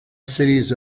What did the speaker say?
cities